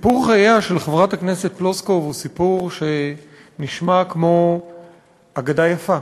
סיפור חייה של חברת הכנסת פלוסקוב הוא סיפור שנשמע כמו אגדה יפה,